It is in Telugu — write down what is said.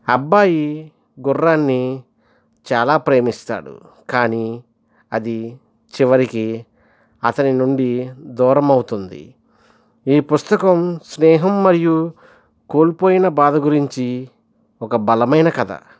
అబ్బాయి గుర్రాన్ని చాలా ప్రేమిస్తాడు కానీ అది చివరికి అతని నుండి దూరము అవుతుంది ఈ పుస్తకం స్నేహం మరియు కోల్పోయిన బాధ గురించి ఒక బలమైన కథ